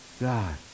God